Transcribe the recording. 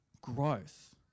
growth